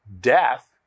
death